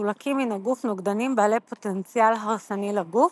מסולקים מן הגוף נוגדנים בעלי פוטנציאל הרסני לגוף,